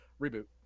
reboot